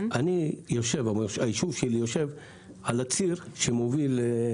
היישוב שלי יושב על הציר שמוביל,